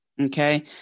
okay